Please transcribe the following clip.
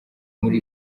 muri